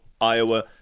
Iowa